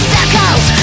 Circles